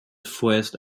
vorerst